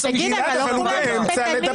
של הוועדה -- אבל הוא באמצע לדבר.